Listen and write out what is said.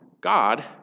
God